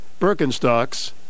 Birkenstocks